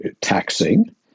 taxing